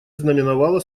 знаменовало